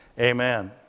Amen